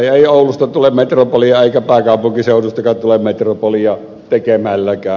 ei oulusta tule metropolia eikä pääkaupunkiseudustakaan tule metropolia tekemälläkään